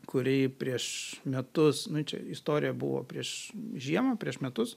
kuri prieš metus čia istorija buvo prieš žiemą prieš metus